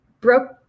broke